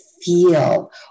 feel